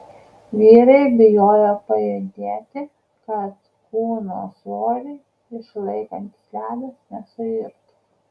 vyrai bijojo pajudėti kad kūno svorį išlaikantis ledas nesuirtų